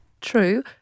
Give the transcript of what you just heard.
True